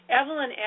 Evelyn